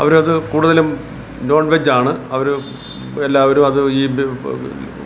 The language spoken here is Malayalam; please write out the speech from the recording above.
അവർ അത് കൂടുതലും നോൺ വെജ് ആണ് അവർ എല്ലാവരും അത് ഈ